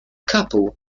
couple